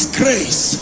grace